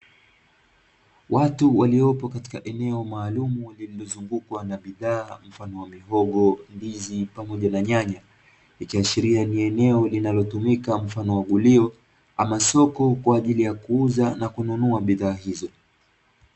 Watu waliopo katika eneo maalumu lililozungukwa na bidhaa mfano wa mihogo, ndizi, pamoja na nyanya ikiashiria ni eneo linalotumika mfano wa gulio ama soko kwaajili ya kuuza na kununua bidhaa hizo.